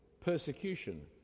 persecution